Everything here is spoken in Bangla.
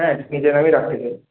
হ্যাঁ নিজের নামেই রাখতে চাই